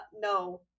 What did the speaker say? No